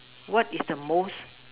what is the most